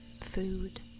food